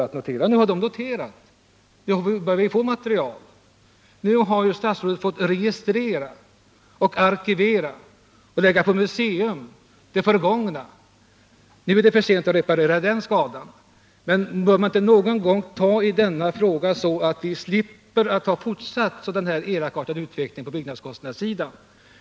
Ja, nu börjar vi den vägen få in material. Nu har statsrådet fått registrera och arkivera och lägga på museum det förgångna. Nu är det för sent att reparera den skadan. Men bör man inte någon gång ta i denna fråga, så att vi slipper en fortsatt elakartad utveckling på byggnadskostnadssidan?